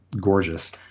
gorgeous